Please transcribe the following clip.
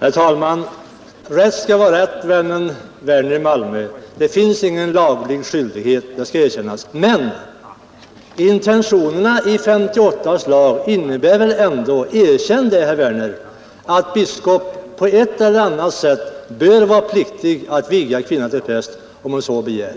Herr talman! Rätt skall vara rätt, vännen herr Werner i Malmö. Det finns ingen laglig skyldighet, det skall erkännas, men intentionerna i 1958 års lag innebär ändå — erkänn det, herr Werner — att biskop på ett eller annat sätt bör vara pliktig att viga kvinna till präst, om hon så begär.